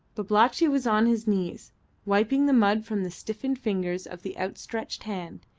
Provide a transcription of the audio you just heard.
babalatchi was on his knees wiping the mud from the stiffened fingers of the outstretched hand.